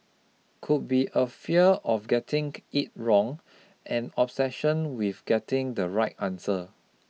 could be a fear of getting it wrong an obsession with getting the right answer